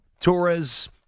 Torres